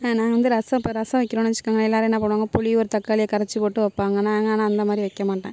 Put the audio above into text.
நான் வந்து ரசம் இப்போ ரசம் வைக்கிறோனு வச்சுக்கங்களேன் எல்லாேரும் என்ன பண்ணுவாங்க புளி ஒரு தக்காளியை கரைச்சி போட்டு வைப்பாங்க நாங்கள் ஆனால் அந்த மாதிரி வைக்க மாட்டேன்